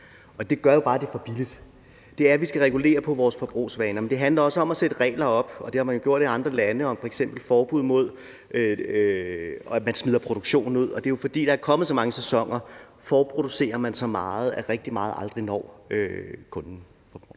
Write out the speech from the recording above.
skyldes jo bare, at det er for billigt. Vi skal regulere på vores forbrugsvaner, men det handler også om at sætte regler op – det har man jo gjort i andre lande – om f.eks. forbud mod, at man smider produktion ud. Fordi der er kommet så mange sæsoner, forproducerer man så meget, at rigtig meget aldrig når kunden, forbrugeren.